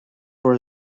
for